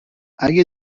اگه